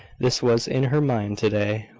this was in her mind to-day,